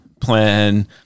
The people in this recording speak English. plan